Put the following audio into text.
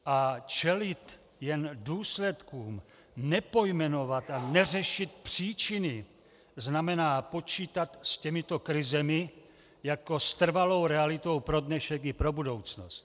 A čelit jen důsledkům, nepojmenovat a neřešit příčiny znamená počítat s těmito krizemi jako s trvalou realitou pro dnešek li pro budoucnost.